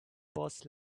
boss